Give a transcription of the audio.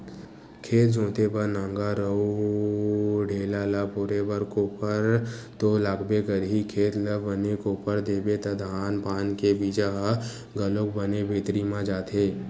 खेत जोते बर नांगर अउ ढ़ेला ल फोरे बर कोपर तो लागबे करही, खेत ल बने कोपर देबे त धान पान के बीजा ह घलोक बने भीतरी म जाथे